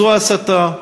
זו הסתה,